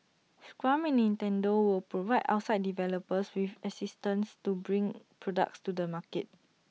scrum and Nintendo will provide outside developers with assistance to bring products to the market